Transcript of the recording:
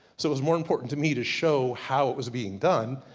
so it was more important to me, to show how it was being done,